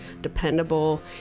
dependable